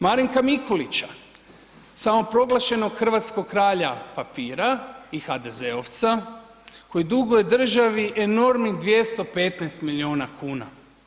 Marinka Mikulića samoproglašenog hrvatskog kralja papira i HDZ-ovca koji duguje državi enormnih 215 miliona kuna.